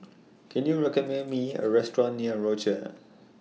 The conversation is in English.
Can YOU recommend Me A Restaurant near Rochor